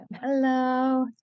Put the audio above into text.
Hello